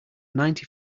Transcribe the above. ninety